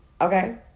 okay